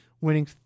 winning